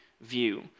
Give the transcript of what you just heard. view